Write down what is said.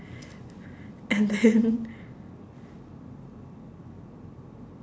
and then